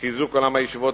חיזוק עולם הישיבות,